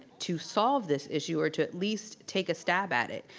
to solve this issue or to at least take a stab at it.